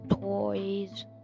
toys